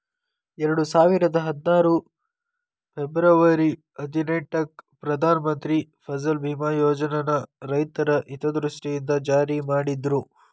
ಎರಡುಸಾವಿರದ ಹದ್ನಾರು ಫೆಬರ್ವರಿ ಹದಿನೆಂಟಕ್ಕ ಪ್ರಧಾನ ಮಂತ್ರಿ ಫಸಲ್ ಬಿಮಾ ಯೋಜನನ ರೈತರ ಹಿತದೃಷ್ಟಿಯಿಂದ ಜಾರಿ ಮಾಡಿದ್ರು